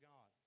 God